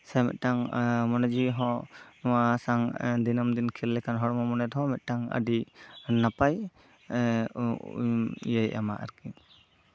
ᱥᱮ ᱢᱤᱫᱴᱟᱝ ᱢᱚᱱᱮ ᱡᱤᱣᱤ ᱦᱚᱸ ᱱᱚᱣᱟ ᱥᱟᱶ ᱫᱤᱱᱟᱹᱢ ᱫᱤᱱ ᱠᱷᱮᱞ ᱞᱮᱠᱷᱟᱱ ᱦᱚᱲᱢᱚ ᱢᱚᱱᱮ ᱨᱮᱦᱚᱸ ᱢᱤᱫᱴᱟᱝ ᱟᱹᱰᱤ ᱱᱟᱯᱟᱭ ᱤᱭᱟᱹᱭ ᱮᱢᱟ ᱟᱨᱠᱤ